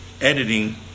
editing